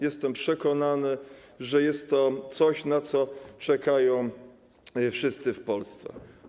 Jestem przekonany, że jest to coś, na co czekają wszyscy w Polsce.